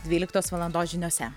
dvyliktos valandos žiniose